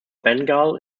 bengal